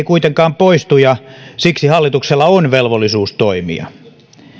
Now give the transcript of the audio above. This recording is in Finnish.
kuitenkaan poistu ja siksi hallituksella on velvollisuus toimia